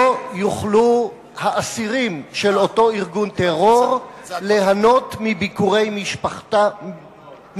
לא יוכלו האסירים של אותו ארגון טרור ליהנות מביקורי משפחותיהם,